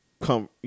come